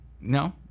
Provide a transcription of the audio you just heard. No